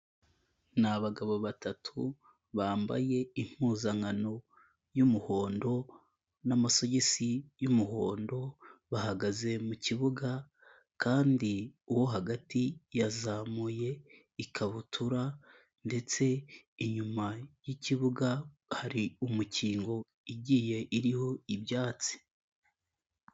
Ni abagabo batatu bambaye impuzankano y'umuhondo n'amasogisi y'umuhondo, bahagaze mu kibuga kandi uwo hagati yazamuye ikabutura ndetse inyuma y'ikibuga hari umukingo igiye iriho ibyatsi.